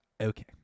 Okay